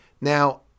Now